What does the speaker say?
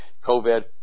COVID